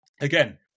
again